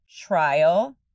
trial